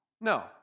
no